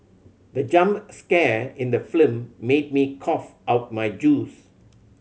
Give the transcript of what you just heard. the jump scare in the film made me cough out my juice